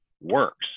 works